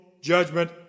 judgment